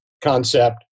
concept